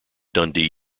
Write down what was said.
dundee